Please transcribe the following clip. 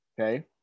Okay